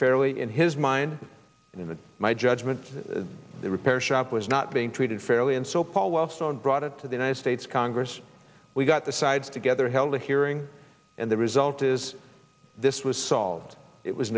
fairly in his mind and in my judgment the repair shop was not being treated fairly and so paul wellstone brought it to the united states congress we got the sides together held a hearing and the result is this was solved it was